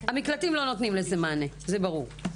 המקלטים לא נותנים לזה מענה, וזה ברור.